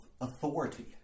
authority